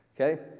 okay